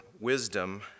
wisdom